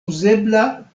uzebla